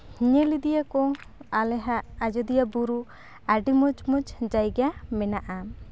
ᱧᱮᱞ ᱤᱫᱤᱭᱟᱠᱚ ᱟᱞᱮᱭᱟᱜ ᱟᱡᱳᱫᱤᱭᱟᱹ ᱵᱩᱨᱩ ᱟᱹᱰᱤ ᱢᱚᱡᱽ ᱢᱚᱡᱽ ᱡᱟᱭᱜᱟ ᱢᱮᱱᱟᱜᱼᱟ